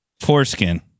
Foreskin